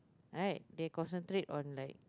right they concentrate on like